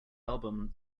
album